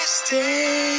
stay